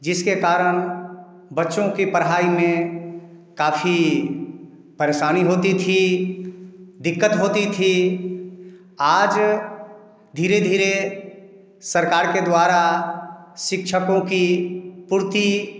जिसके कारण बच्चों की पढ़ाई में काफ़ी परेशानी होती थी दिक्कत होती थी आज धीरे धीरे सरकार के द्वारा शिक्षकों की पूर्ति